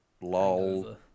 lol